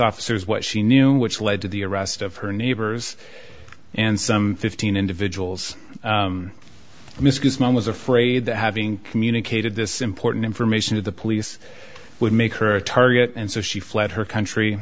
officers what she knew which led to the arrest of her neighbors and some fifteen individuals miscues mom was afraid that having communicated this important information to the police would make her a target and so she fled her country